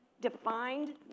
defined